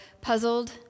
Puzzled